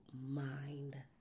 mind